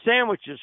sandwiches